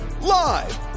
live